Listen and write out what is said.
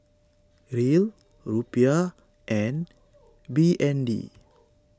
Riel Rupiah and B N D